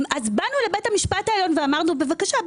באנו לבית המשפט העליון ואמרנו: בבקשה,